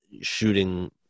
shooting